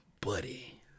buddy